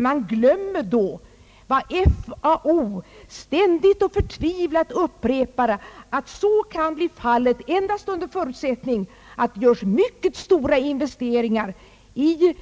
Man glömmer då vad FAO ständigt och förtvivlat upprepar, nämligen att så kan bli fallet endast under förutsättning att det görs mycket stora investeringar i